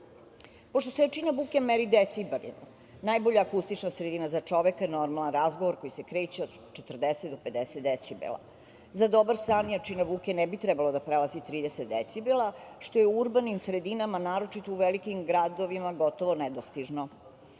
buke. Pošto se jačina buke meri decibelima, najbolja akustična sredina za čoveka je normalan razgovor koji se kreće od 40 do 50 decibela.Za dobar san jačina buke ne bi trebala da prelazi 30 decibela, što je u urbanim sredinama, naročito u velikim gradovima gotovo nedostižno. Drugi